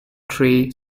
tree